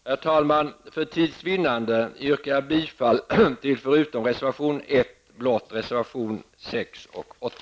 Herr talman! För tids vinnande yrkar jag bifall till blott reservationerna 6 och 8, förutom till reservation 1.